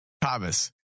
Thomas